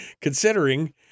considering